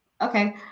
Okay